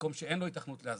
במקום שאין לו היתכנות להסדרה,